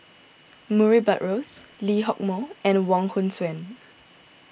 Murray Buttrose Lee Hock Moh and Wong Hong Suen